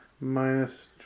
minus